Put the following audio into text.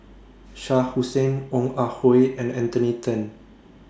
Shah Hussain Ong Ah Hoi and Anthony Then